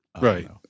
right